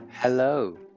Hello